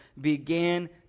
began